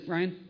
Ryan